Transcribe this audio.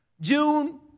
June